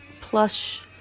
plush